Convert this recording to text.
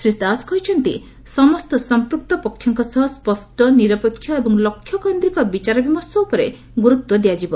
ଶୀ ଦାସ କହିଛନ୍ତି ଯେ ସମସ୍ତ ସଂପୂକ୍ତ ପକ୍ଷଙ୍କ ସହ ସ୍ୱଷ୍ଟ ନିରପେକ୍ଷ ଏବଂ ଲକ୍ଷ୍ୟ କୈନ୍ଦ୍ରୀକ ବିଚାର ବିମର୍ଷ ଉପରେ ଗୁରୁତ୍ୱ ଦିଆଯିବ